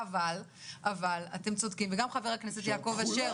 אבל אתם צודקים וגם חבר הכנסת יעקב אשר